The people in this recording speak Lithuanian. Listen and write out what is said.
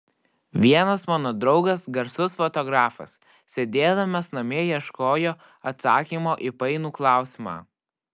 vienas mano draugas garsus fotografas sėdėdamas namie ieškojo atsakymo į painų klausimą